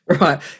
Right